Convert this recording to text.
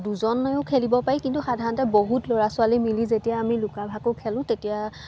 দুজনেও খেলিব পাৰি কিন্তু সাধাৰণতে বহুত ল'ৰা ছোৱালী মিলি যেতিয়া আমি লুকা ভাকু খেলোঁ তেতিয়া